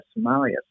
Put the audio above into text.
Somalia